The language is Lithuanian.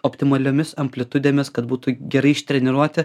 optimaliomis amplitudėmis kad būtų gerai ištreniruoti